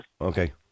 okay